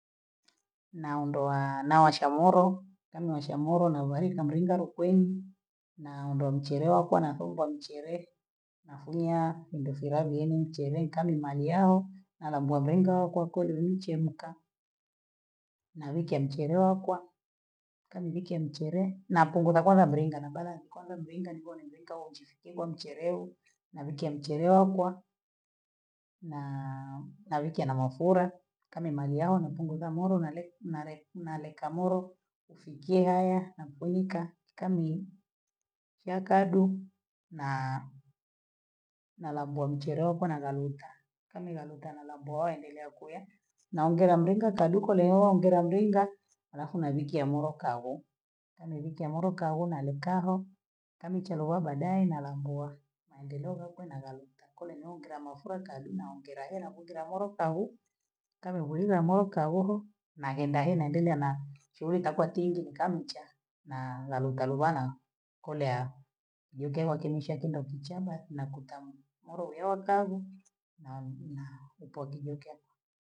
Naondoaa nawasha moro, kaniwasha moro naubharika mlinga lukwenyi, naondoa mchele wakwe na fuva mchele, nafunyaa wendofilavia ni mchele nkani mali yahoo nalambua mlinga okokwa kweli ni chemka, nabhike mchele wakwa, kanibhike mchelee napunguza kwanza mlinga nabalansi kwanza mlinga nikiwa namlinga huomchifuki huo mchele huu, nabhikia mchele wakwa naa napikia na mafura kama imaliao napunguza moro nale- nale- naleka moro ufikaaya na kunika kamimu, kia kadu na- nalambua mchele wakwe nakaluta, kani kaluta nalambua wao waendelea kuya, naongela mlinga taduko lililo ongela mlinga, halafu nabhikia moro kagu tami pikia moro kagu nalikaho tami chalowa baadae nalambua maendeleo kakwe nakaluta niongela mafura kadu naongela hea navungila moro kabhu, kabhubile moro kabhu, kabhubile moro kabhuhu nahenda he naendelea na chiwi takua tingi nkamucha na laluta lubhana kuleya yuke wakinusha kindokichaa basi nakuta moro uyotobhu na na upo kijokema.